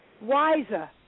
Wiser